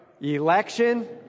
Election